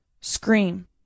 scream